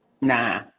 nah